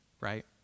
right